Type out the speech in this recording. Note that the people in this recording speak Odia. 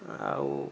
ଆଉ